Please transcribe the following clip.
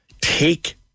take